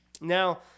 Now